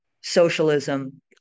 socialism